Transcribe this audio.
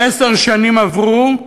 עשר שנים עברו,